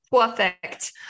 Perfect